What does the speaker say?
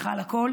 סליחה על הקול.